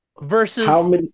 versus